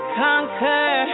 conquer